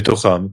מתוכם,